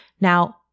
Now